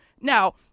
Now